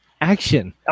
action